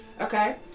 Okay